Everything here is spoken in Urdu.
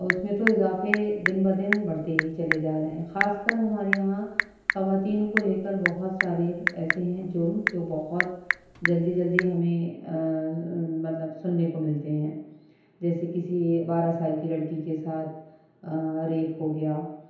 اس میں تو اضافے دن بہ دن بڑھتے ہی چلے جا رہے ہیں خاص کر ہمارے یہاں خواتین کو لے کر بہت سارے ایسے ہیں جرم جو بہت جلدی جلدی ہمیں مطلب سننے کو ملتے ہیں جیسے کسی بارہ سال کی لڑکی کے ساتھ ریپ ہو گیا